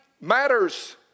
matters